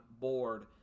board